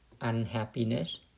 unhappiness